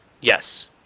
Yes